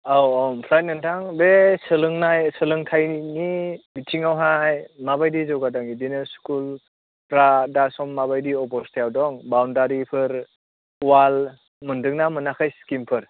औ औ ओमफ्राय नोंथां बे सोलोंनाय सोलोंथाइनि बिथिङावहाय माबायदि जौगादों बिदिनो स्कुलफ्रा दा सम माबायदि अबस्थायाव दं बाउनदारिफोर अ'वाल मोन्दोंना मोनाखै स्किमफोर